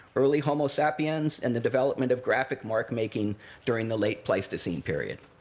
early homo sapiens and the development of graphic mark-making during the late pleistocene period.